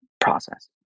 process